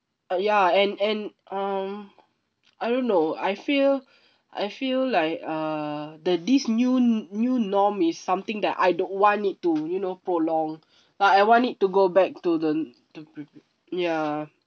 uh ya and and um I don't know I feel I feel like uh the this new new norm is something that I don't want it to you know prolong like I wanted to go back to the to ya